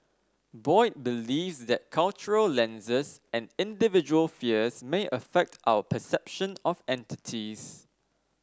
Boyd believes that cultural lenses and individual fears may affect our perception of entities